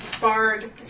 bard